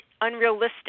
unrealistic